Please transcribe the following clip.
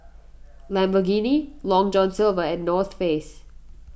Lamborghini Long John Silver and North Face